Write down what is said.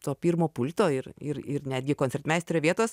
to pirmo pulto ir ir ir netgi koncertmeisterio vietos